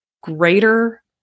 greater